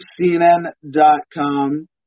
CNN.com